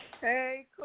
hey